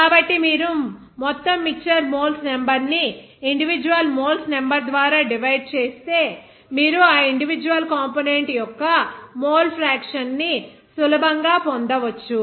కాబట్టి మీరు మొత్తం మిక్చర్ మోల్స్ నెంబర్ ని ఇండివిడ్యువల్ మోల్స్ నెంబర్ ద్వారా డివైడ్ చేస్తే మీరు ఆ ఇండివిడ్యువల్ కంపోనెంట్ యొక్క మోల్ ఫ్రాక్షన్ ని సులభంగా పొందవచ్చు